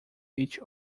each